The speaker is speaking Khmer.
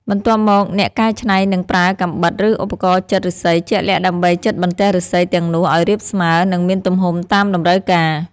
បន្ទាប់មក អ្នកកែច្នៃនឹងប្រើកាំបិត ឬឧបករណ៍ចិតឫស្សីជាក់លាក់ដើម្បីចិតបន្ទះឫស្សីទាំងនោះឲ្យរាបស្មើ និងមានទំហំតាមតម្រូវការ។